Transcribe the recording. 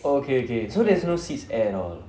oh okay okay so there's no seats at all